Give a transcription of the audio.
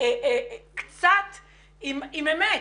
עם קצת אמת.